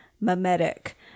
mimetic